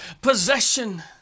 possession